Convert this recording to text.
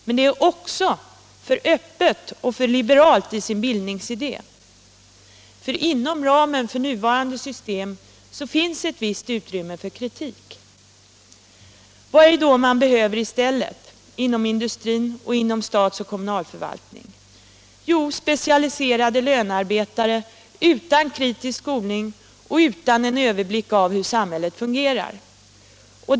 Men det är också för öppet och för liberalt i sin bildningsidé, för inom ramen för nuvarande system finns ett visst utrymme för kritik. Vad är det då man behöver i stället inom industrin och inom statsoch kommunalförvaltning? Jo, specialiserade lönearbetare utan kritisk skolning och utan överblick över hur samhället fungerar.